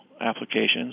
applications